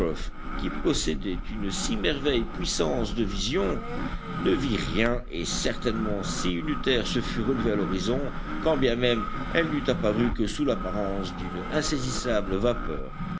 qui possédait une si merveilleuse puissance de vision ne vit rien et certainement si une terre se fût relevée à l'horizon quand bien même elle n'eût apparu que sous l'apparence d'une insaisissable vapeur